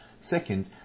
second